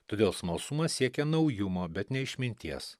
todėl smalsumas siekia naujumo bet ne išminties